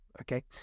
Okay